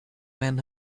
men